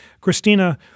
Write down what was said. Christina